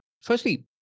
firstly